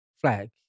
flag